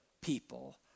people